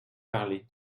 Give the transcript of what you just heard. parler